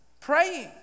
praying